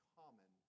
common